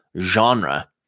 genre